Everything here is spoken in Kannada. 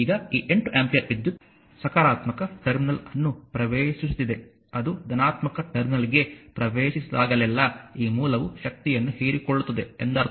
ಈಗ ಈ 8 ಆಂಪಿಯರ್ ವಿದ್ಯುತ್ ಸಕಾರಾತ್ಮಕ ಟರ್ಮಿನಲ್ ಅನ್ನು ಪ್ರವೇಶಿಸುತ್ತಿದೆ ಅದು ಧನಾತ್ಮಕ ಟರ್ಮಿನಲ್ಗೆ ಪ್ರವೇಶಿಸಿದಾಗಲೆಲ್ಲಾ ಈ ಮೂಲವು ಶಕ್ತಿಯನ್ನು ಹೀರಿಕೊಳ್ಳುತ್ತದೆ ಎಂದರ್ಥ